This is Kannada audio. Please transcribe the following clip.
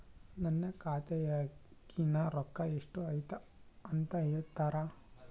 ನನ್ನ ಖಾತೆಯಾಗಿನ ರೊಕ್ಕ ಎಷ್ಟು ಅದಾ ಅಂತಾ ಹೇಳುತ್ತೇರಾ?